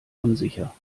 unsicher